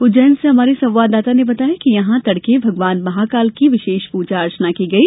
उज्जैन से हमारे संवाददाता ने बताया है कि यहां तड़के भगवान महाकाल की विशेष पूजा अर्जना की गई